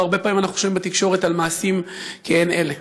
על מעשים כעין אלה.